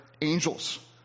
angels